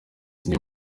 uyu